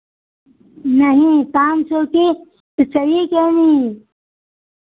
नहीं पाँच सौ की तो सही कह रही